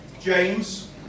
James